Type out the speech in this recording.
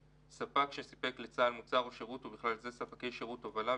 ספק שסיפק לצה"ל מוצר או שירות ובכל לזה ספקי שירותי תובלה,